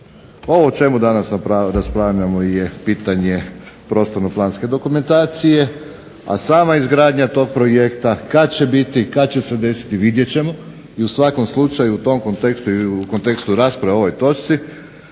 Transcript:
o čemu danas raspravljamo je pitanje prostorno-planske dokumentacije, a sama izgradnja tog projekta kad će biti, kad će se desiti vidjet ćemo. I u svakom slučaju u tom kontekstu i u kontekstu